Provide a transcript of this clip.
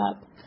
up